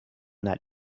that